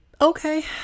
Okay